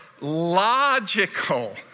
logical